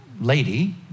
lady